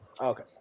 Okay